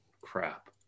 crap